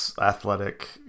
athletic